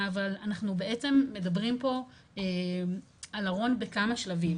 אבל אנחנו בעצם מדברים פה על ארון בכמה שלבים,